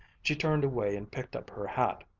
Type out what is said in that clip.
she turned away and picked up her hat.